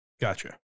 Gotcha